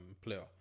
player